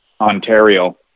Ontario